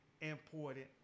important